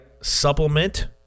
supplement